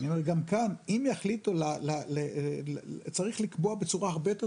אני אומר גם כאן אם יחליטו צריך לקבוע בצורה הרבה יותר